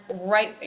right